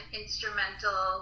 instrumental